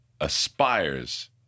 aspires